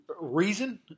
reason